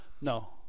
No